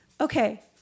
Okay